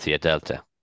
Delta